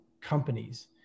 companies